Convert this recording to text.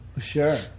sure